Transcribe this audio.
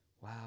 Wow